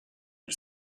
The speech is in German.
der